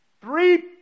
Three